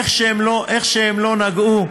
איך שהם לא נגעו.